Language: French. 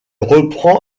reprend